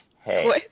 Hey